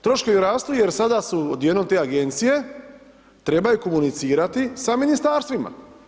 Troškovi rastu, jer sada su odjednom te agencije, trebaju komunicirati sa ministarstvima.